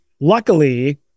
luckily